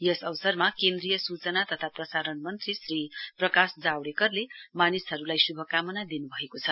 यस अवसरमा केन्द्रीय सूचना तथा प्रसारण मन्त्री श्री प्रकाश जावडेकरले मानिसहरूलाई श्भकाना दिन्भएको छ